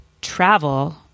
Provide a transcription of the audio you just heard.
travel